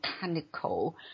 mechanical